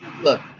look